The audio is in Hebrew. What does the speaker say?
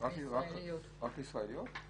רק ישראליות?